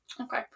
okay